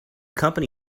company